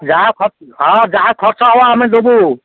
ଯାହା ଖର୍ ହଁ ଯାହା ଖର୍ଚ୍ଚ ହବ ଆମେ ଦେବୁ